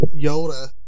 Yoda